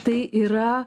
tai yra